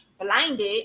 blinded